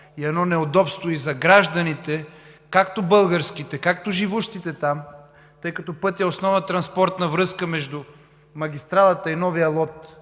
и едно неудобство и за гражданите, както българските, както за живущите там, тъй като пътят е основна транспортна връзка между магистралата и новия лот